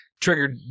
triggered